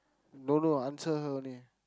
don't know answer her only